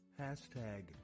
Hashtag